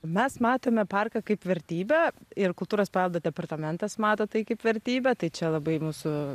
mes matome parką kaip vertybę ir kultūros paveldo departamentas mato tai kaip vertybę tai čia labai mūsų